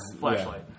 flashlight